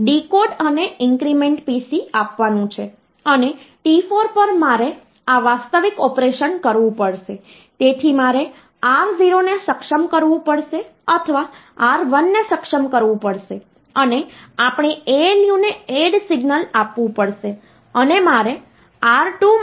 તેથી પરિણામ 4 બીટની રજૂઆત કરતાં વધુ છે અને ઘણી વખત આપણે આ વધારાના એક બીટને સમાયોજિત કરવાનો પ્રયાસ કરીએ છીએ જે અમુક વધારાના સ્ટોરેજના માધ્યમથી જનરેટ થાય છે જેને પ્રોસેસરમાં આપણે સામાન્ય રીતે કેરી બીટ કહીએ છીએ